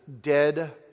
dead